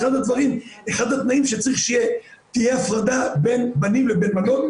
אחד הדברים שצריך שתהיה הפרדה בין בנים בין בנות,